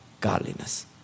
godliness